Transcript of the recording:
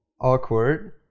awkward